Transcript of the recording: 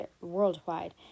worldwide